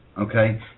okay